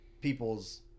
people's